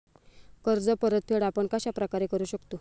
कर्ज परतफेड आपण कश्या प्रकारे करु शकतो?